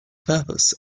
purpose